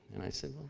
and i said,